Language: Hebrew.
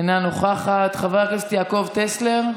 אינה נוכחת, חבר הכנסת יעקב טסלר,